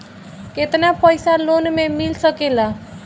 केतना पाइसा लोन में मिल सकेला?